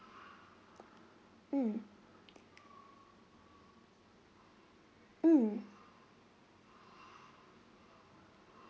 mm mm